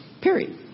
period